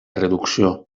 reducció